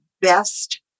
best